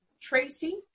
Tracy